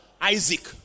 Isaac